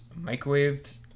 microwaved